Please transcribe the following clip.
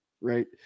right